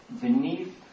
beneath